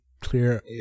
clear